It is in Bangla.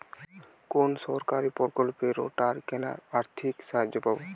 কোন সরকারী প্রকল্পে রোটার কেনার আর্থিক সাহায্য পাব?